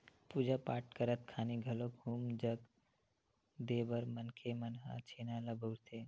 पूजा पाठ करत खानी घलोक हूम जग देय बर मनखे मन ह छेना ल बउरथे